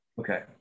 Okay